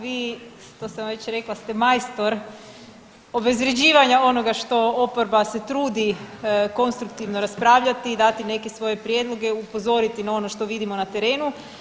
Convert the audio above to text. Vi, to sam već rekla ste majstor obezvređivanja onoga što oporba se trudi konstruktivno raspravljati i dati neke svoje prijedloge, upozoriti na ono što vidimo na terenu.